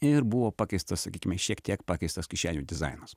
ir buvo pakeistas sakykime šiek tiek pakeistas kišenių dizainas